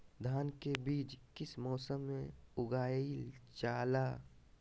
धान के बीज किस मौसम में उगाईल जाला?